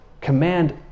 Command